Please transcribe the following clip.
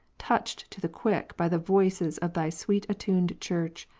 touched to the quick by the voices of thy sweet-attuned church!